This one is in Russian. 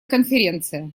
конференция